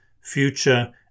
future